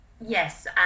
Yes